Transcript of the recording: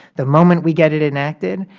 the moment we get it enacted,